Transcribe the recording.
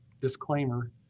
disclaimer